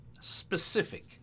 specific